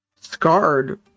scarred